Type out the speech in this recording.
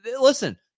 Listen